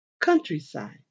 Countryside